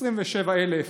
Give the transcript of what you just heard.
27,000